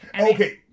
Okay